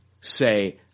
say